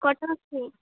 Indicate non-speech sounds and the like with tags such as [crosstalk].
[unintelligible] ଅଛି